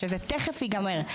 שזה תכף ייגמר,